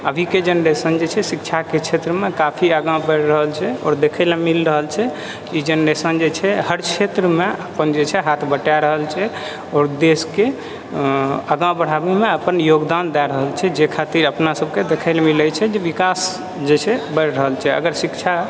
अभीके जेनरेशन जे छै शिक्षाके क्षेत्रमे काफी आगा बढ़ि रहल छै आओर देखै लअ मिलि रहल छै ई जेनरेशन जे छै हर क्षेत्रमे अपन जे छै हाथ बटाय रहल छै आओर देशके आगू बढ़ाबैमे ध्यान दए रहल छै जाहि खातिर अपना सभके दखै लअ मिलि रहल छै जे विकास बढ़ि रहल छै अगर शिक्षा